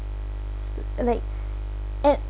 l~ like and